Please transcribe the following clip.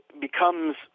becomes